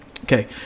okay